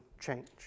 change